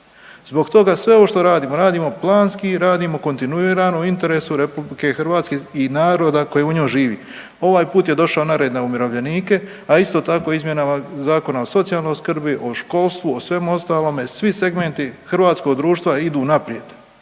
Zbog toga sve ovo što radimo, radimo planski i radimo kontinuirano u interesu RH i naroda koji u njoj živi. Ovaj put je došao na red na umirovljenike, a isto tako izmjenama Zakona o socijalnoj skrbi, o školstvu o svemu ostalome svi segmenti hrvatskog društva idu naprijed.